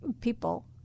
people